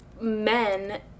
men